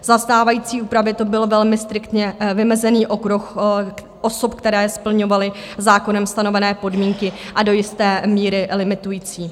Za stávající úpravy to byl velmi striktně vymezený okruh osob, které splňovaly zákonem stanovené podmínky, a do jisté míry limitující.